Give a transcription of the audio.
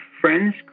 friends